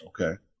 Okay